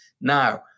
Now